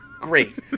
Great